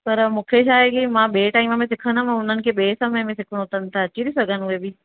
पर मूंखे छा आहे की मां ॿिए टाइम में सिखंदमि मां हुननि खे ॿिए समय में सिखणो अथन त अची बि सघनि उहे बि